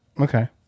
Okay